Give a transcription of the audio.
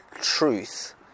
truth